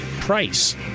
price